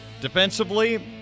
Defensively